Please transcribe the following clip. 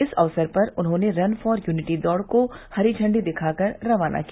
इस अवसर पर उन्होंने रन फॉर यूनिटी दौड़ को हरी झंडी दिखा कर रवाना किया